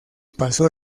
pasó